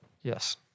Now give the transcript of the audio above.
Yes